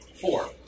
Four